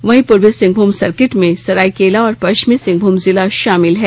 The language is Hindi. वहीं पूर्वी सिंहभूम सर्किट में सरायकेला और पश्चिमी सिंहभुम जिला शामिल है